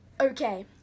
Okay